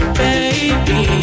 baby